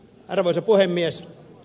arvoisa puhemies